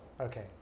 okay